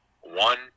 One